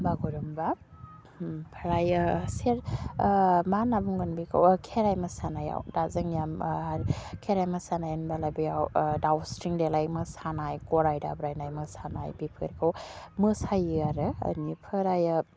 बागुरुम्बा ओमफ्रायो सेर मा होन्ना बुंगोन बेखौ खेराइ मोसानायाव दा जोंनिया खेराइ मोसानाय होनबोला बेयाव दावस्रिं देलाय मोसानाय गराय दाब्रायनाय मोसानाय बिफोरखौ मोसायो आरो ओनिफ्रायो